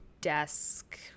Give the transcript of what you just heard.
desk